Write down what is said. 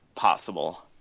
possible